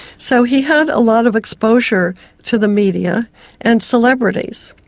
so he had a lot of exposure to the media and celebrities.